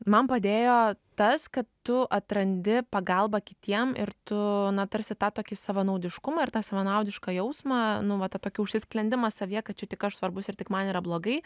man padėjo tas kad tu atrandi pagalbą kitiem ir tu na tarsi tą tokį savanaudiškumą ir tą savanaudišką jausmą nu va tą tokį užsisklendimą savyje kad čia tik aš svarbus ir tik man yra blogai